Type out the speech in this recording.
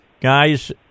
Guys